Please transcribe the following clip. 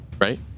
right